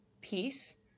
peace